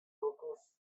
dokuz